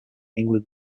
england